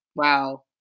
Wow